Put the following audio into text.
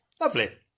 lovely